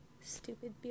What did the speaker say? stupid